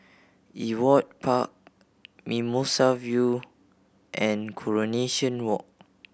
Ewart Park Mimosa View and Coronation Walk